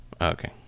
Okay